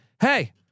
hey